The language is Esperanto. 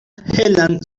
helan